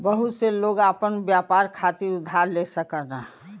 बहुत से लोग आपन व्यापार खातिर उधार ले सकलन